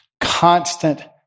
Constant